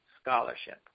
scholarship